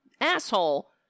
asshole